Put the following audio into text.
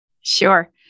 Sure